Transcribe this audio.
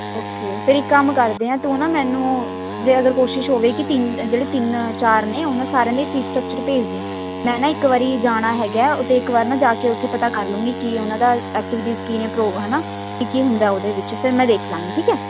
okay ਫਿਰ ਇੱਕ ਕੰਮ ਕਰਦੇ ਹਾਂ ਤੂੰ ਨਾ ਮੈਨੂੰ ਜੇ ਅਗਰ ਕੋਸ਼ਿਸ਼ ਹੋਵੇ ਕਿ ਤਿੰਨ ਜਿਹੜੇ ਤਿੰਨ ਚਾਰ ਨੇ ਉਹਨਾਂ ਸਾਰਿਆਂ ਦੇ ਫੀਸ ਸਟਕਚਰ ਭੇਜਦੀ ਮੈਂ ਨਾ ਇੱਕ ਵਾਰੀ ਜਾਣਾ ਹੈਗਾ ਉੱਤੇ ਇੱਕ ਵਾਰ ਨਾ ਜਾ ਕੇ ਉੱਥੇ ਪਤਾ ਕਰ ਲਉਂਗੀ ਕਿ ਉਹਨਾਂ ਦਾ ਐਕਟੀਵਿਟੀਜ਼ ਕੀ ਨੇ ਪ੍ਰੋਗ ਹੈ ਨਾ ਕੀ ਕੀ ਹੁੰਦਾ ਉਹਦੇ ਵਿੱਚ ਫਿਰ ਮੈਂ ਦੇਖ ਲਾਂਗੀ ਠੀਕ ਹੈ